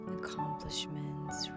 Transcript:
accomplishments